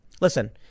Listen